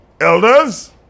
elders